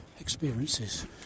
experiences